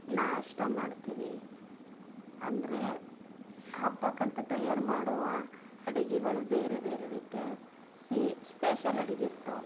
ನಾಷ್ಟ ಮಾಡ್ತೀವಿ ಅಂದ್ರೆ ಹಬ್ಬಕ್ಕೆ ಅಂತ ತಯಾರು ಮಾಡುವ ಅಡುಗೆಗಳು ಬೇರೆ ಬೇರೆ ರೀತಿಯ ಸಿಹಿ ಸ್ಪೆಷಲ್ ಅಡುಗೆ ಇರ್ತವೆ